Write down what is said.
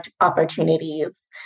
opportunities